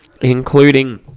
including